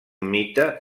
mite